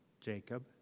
Jacob